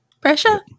pressure